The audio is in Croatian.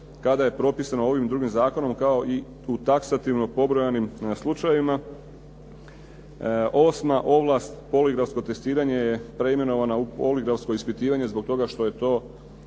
kada je propisano ovim drugim zakonom kao i u taksativno pobrojanim slučajevima. Osma ovlast poligrafsko testiranje je preimenovana u poligrafsko ispitivanje zbog toga što je to